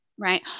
right